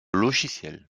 logiciel